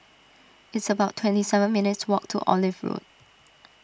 it's about twenty seven minutes' walk to Olive Road